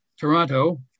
Toronto